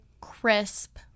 crisp